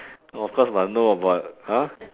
of course I know about !huh!